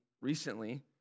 recently